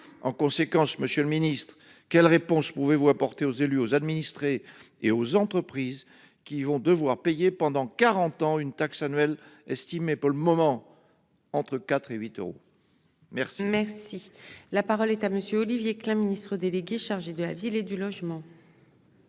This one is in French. En conséquence, Monsieur le Ministre, quelles réponses pouvez-vous apporter aux élus, aux administrés et aux entreprises qui vont devoir payer pendant 40 ans une taxe annuelle estimée pour le moment, entre 4 et 8 euros. Merci. Merci la parole est à monsieur Olivier Klein, Ministre délégué chargé de la ville et du logement.